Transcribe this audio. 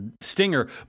Stinger